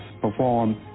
perform